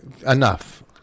Enough